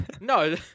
no